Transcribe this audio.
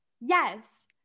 Yes